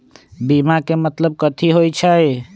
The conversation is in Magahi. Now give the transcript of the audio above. बीमा के मतलब कथी होई छई?